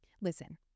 Listen